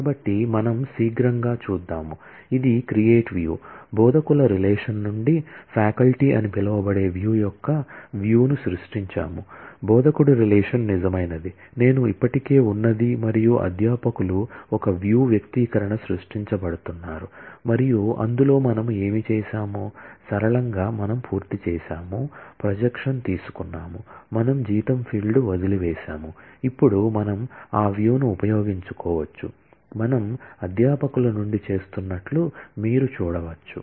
కాబట్టి మనం శీఘ్రంగా చూద్దాం ఇది క్రియేట్ వ్యూ బోధకుల రిలేషన్ నుండి ఫ్యాకల్టీ అని పిలువబడే వ్యూ ను ఉపయోగించుకోవచ్చు మనం అధ్యాపకుల నుండి చేస్తున్నట్లు మీరు చూడవచ్చు